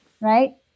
right